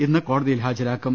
ഇന്ന് കോടതിയിൽ ഹാജരാക്കും